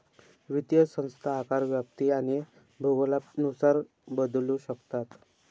वित्तीय संस्था आकार, व्याप्ती आणि भूगोलानुसार बदलू शकतात